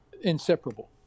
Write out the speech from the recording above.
inseparable